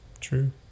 true